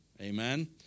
Amen